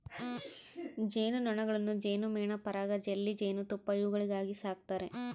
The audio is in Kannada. ಜೇನು ನೊಣಗಳನ್ನು ಜೇನುಮೇಣ ಪರಾಗ ಜೆಲ್ಲಿ ಜೇನುತುಪ್ಪ ಇವುಗಳಿಗಾಗಿ ಸಾಕ್ತಾರೆ